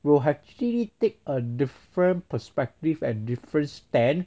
will actually take a different perspective and different stand